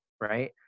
right